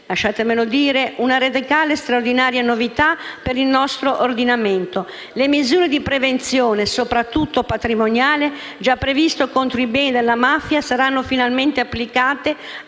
lasciatemelo dire - una radicale, straordinaria novità per il nostro ordinamento: le misure di prevenzione, soprattutto patrimoniale, già previste contro i beni della mafia saranno finalmente applicate